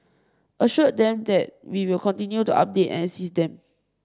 assured them that we will continue to update and assist them